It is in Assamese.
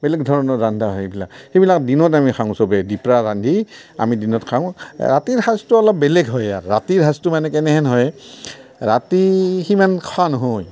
বেলেগ ধৰণৰ ৰান্ধা হয় এইবিলাক এইবিলাক দিনত আমি খাওঁ চবে দিপৰা ৰান্ধি আমি দিনত খাওঁ ৰাতিৰ সাঁজটো অলপ বেলেগ হয় আৰ ৰাতিৰ সাঁজটো মানে কেনেহেন হয় ৰাতি সিমান খোৱা নহয়